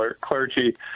clergy